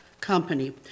company